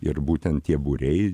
ir būtent tie būriai